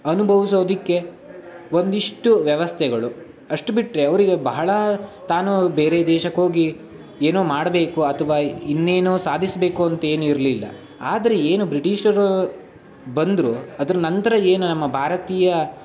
ಅನುಭವಿಸೋದಕ್ಕೆ ಒಂದಿಷ್ಟು ವ್ಯವಸ್ಥೆಗಳು ಅಷ್ಟು ಬಿಟ್ಟರೆ ಅವರಿಗೆ ಬಹಳ ತಾನು ಬೇರೆ ದೇಶಕ್ಕೋಗಿ ಏನೋ ಮಾಡಬೇಕು ಅಥವಾ ಇನ್ನೇನೋ ಸಾಧಿಸಬೇಕು ಅಂತ ಏನೂ ಇರಲಿಲ್ಲ ಆದರೆ ಏನು ಬ್ರಿಟಿಷರು ಬಂದರು ಅದ್ರ ನಂತರ ಏನು ನಮ್ಮ ಭಾರತೀಯ